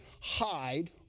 hide